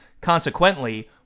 consequently